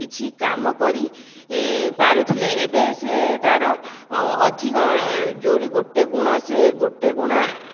କିଛି କାମ କରି ପାରୁଥିଲେ ଏବେ ସେ ତା'ର ଅଧିକ ଯେଉଁଠି ଗୋଟିଏ ଗୁଣ ସେ ଗୋଟିଏ ଗୁଣା